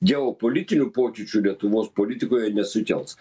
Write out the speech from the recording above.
geopolitinių pokyčių lietuvos politikoje nesukels